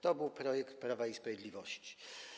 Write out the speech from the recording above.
To był projekt Prawa i Sprawiedliwości.